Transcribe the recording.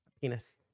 penis